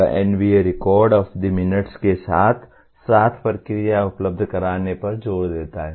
यह NBA record of the minutes के साथ साथ प्रक्रिया उपलब्ध कराने पर जोर देता है